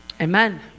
Amen